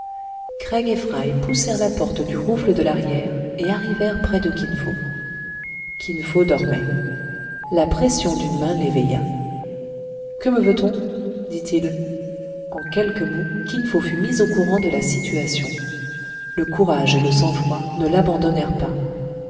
fry poussèrent la porte du rouffle de l'arrière et arrivèrent près de kin fo kin fo dormait la pression d'une main l'éveilla que me veut-on dit-il en quelques mots kin fo fut mis au courant de la situation le courage et le sang-froid ne l'abandonnèrent pas